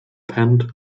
penned